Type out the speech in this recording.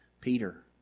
Peter